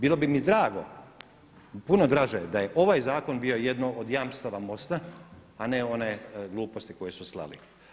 Bilo bi mi drago, puno draže da je ovaj zakon bio jedno od jamstava MOST-a a ne one gluposti koje su slali.